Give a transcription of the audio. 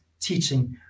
teaching